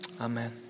Amen